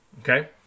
okay